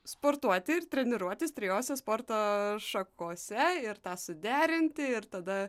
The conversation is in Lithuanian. sportuoti ir treniruotis trijose sporto šakose ir tą suderinti ir tada